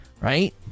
right